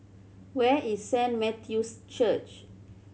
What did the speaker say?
where is Saint Matthew's Church